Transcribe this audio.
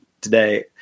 today